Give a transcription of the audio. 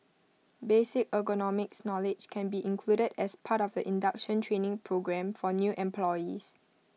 basic ergonomics knowledge can be included as part of the induction training programme for new employees